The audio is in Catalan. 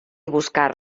buscar